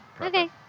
Okay